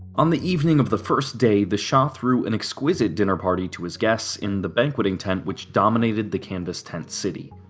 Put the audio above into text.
on the evening of the first day, the shah threw an exquisite dinner party to his guests in the banqueting tent which dominated the canvas tent city.